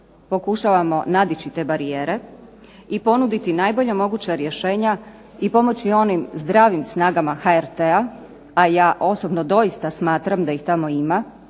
pokušavamo nadići te barijere, i ponuditi najbolja moguća rješenja i pomoći onim zdravim snagama HRT-a, a ja osobno doista smatram da ih tamo ima,